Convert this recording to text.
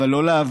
אבל לא לעבוד.